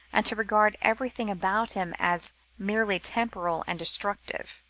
and to regard everything about him as merely temporal and destructible.